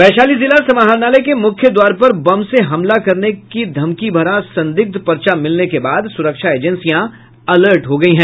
वैशाली जिला समाहरणालय के मुख्य द्वार पर बम से हमला करने का धमकी भरा संदिग्ध पर्चा मिलने के बाद सुरक्षा एजेंसियां अलर्ट हो गयी हैं